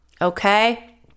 okay